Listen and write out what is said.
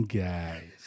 guys